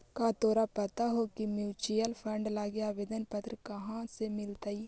का तोरा पता हो की म्यूचूअल फंड लागी आवेदन पत्र कहाँ से मिलतई?